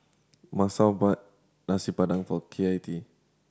Masao bought Nasi Padang for K I T